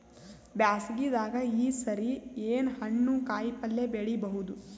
ಬ್ಯಾಸಗಿ ದಾಗ ಈ ಸರಿ ಏನ್ ಹಣ್ಣು, ಕಾಯಿ ಪಲ್ಯ ಬೆಳಿ ಬಹುದ?